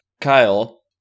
Kyle